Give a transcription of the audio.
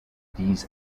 these